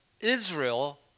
Israel